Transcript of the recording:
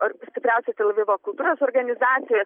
ar stipriausias tel avivo kultūros organizacijas